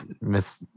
Miss